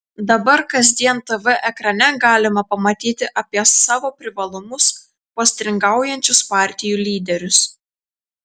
dabar kasdien tv ekrane galima pamatyti apie savo privalumus postringaujančius partijų lyderius